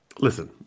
Listen